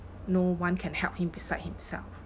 no one can help him beside himself